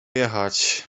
jechać